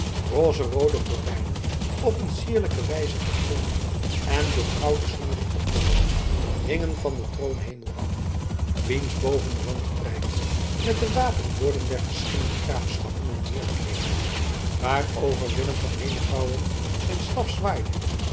rozeroode gordijnen op een sierlijke wijze geplooid en door gouden snoeren opgebonden hingen van den troonhemel af wiens bovenrand prijkte met de wapenborden der verschillende graafschappen en heerlijkheden waarover willem van henegouwen zijn staf zwaaide